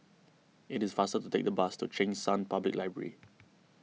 it is faster to take the bus to Cheng San Public Library